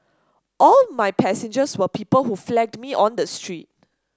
all my passengers were people who flagged me on the street